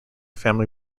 family